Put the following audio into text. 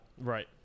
Right